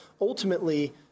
ultimately